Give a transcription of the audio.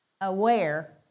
aware